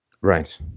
Right